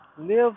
Live